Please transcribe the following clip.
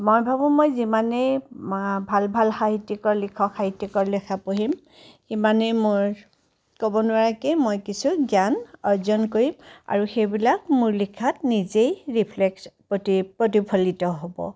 মই ভাবোঁ মই যিমানেই ভাল ভাল সাহিত্য়িকৰ লেখা পঢ়িম সিমানেই মোৰ ক'ব নোৱাৰাকেই মই কিছু জ্ঞান অৰ্জন কৰিম আৰু সেইবিলাক মোৰ লিখাত নিজেই ৰেফ্লেকশ্যন পতি প্ৰতিফলিত হ'ব